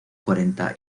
cuarenta